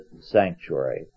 sanctuary